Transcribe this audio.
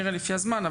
נראה לפי הזמן.